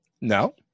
No